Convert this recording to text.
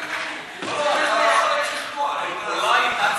לא, לא, אולי את עצמך,